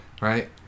Right